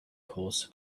cause